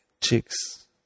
chicks